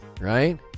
right